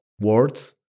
words